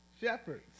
shepherds